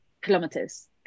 kilometers